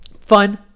fun